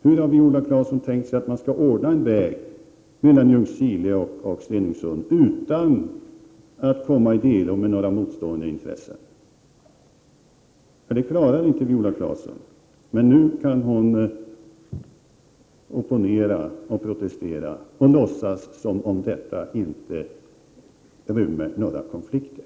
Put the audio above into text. Hur har Viola Claesson tänkt sig att man skall ordna en väg mellan Ljungskile och Stenungsund utan att komma i delo med några motstående intressen? Det klarar inte Viola Claesson, men nu kan hon opponera och protestera och låtsas som om detta inte rymde några konflikter.